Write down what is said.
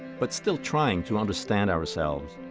but still trying to understand ourselves.